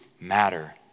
matter